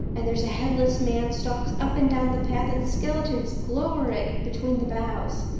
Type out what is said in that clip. and there's a headless man stalks up and down the path and skeletons glower at you between the boughs.